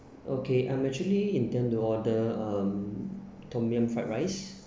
okay I'm actually intend to order um tom yum ried rice